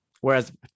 whereas